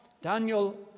Daniel